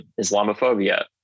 Islamophobia